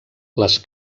les